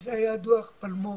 וזה היה דוח פלמור.